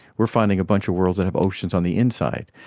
we're finding a bunch of worlds that have oceans on the inside.